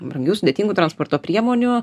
brangių sudėtingų transporto priemonių